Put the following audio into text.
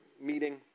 meeting